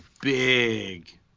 big